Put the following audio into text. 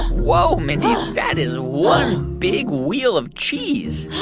whoa, mindy, that is one big wheel of cheese